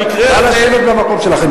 נא לשבת במקום שלך.